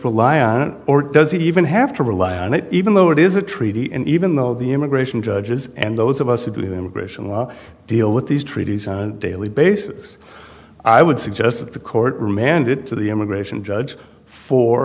it or does he even have to rely on it even though it is a treaty and even though the immigration judges and those of us who believe in immigration law deal with these treaties on a daily basis i would suggest that the court remanded to the immigration judge for